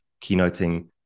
keynoting